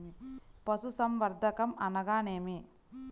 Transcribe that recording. పశుసంవర్ధకం అనగానేమి?